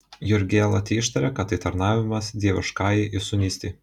jurgėla teištarė kad tai tarnavimas dieviškajai įsūnystei